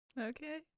Okay